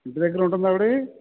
ఇంటి దగ్గర ఉంటుందా ఆవిడ